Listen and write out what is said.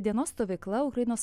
dienos stovykla ukrainos